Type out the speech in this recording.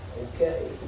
Okay